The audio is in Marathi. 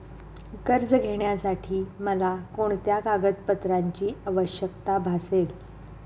कर्ज घेण्यासाठी मला कोणत्या कागदपत्रांची आवश्यकता भासेल?